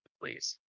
please